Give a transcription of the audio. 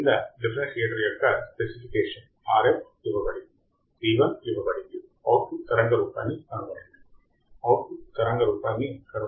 క్రింద డిఫరెన్సియేటర్ యొక్క specification RF ఇవ్వబడింది C1 ఇవ్వబడింది అవుట్పుట్ తరంగ రూపాన్ని కనుగొనండి అవుట్పుట్ తరంగ రూపాన్ని కనుగొనండి